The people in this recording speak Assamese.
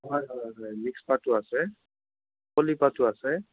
হয় হয় হয় মিক্স পাটো আছে পলী পাটো আছে